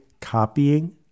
copying